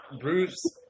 Bruce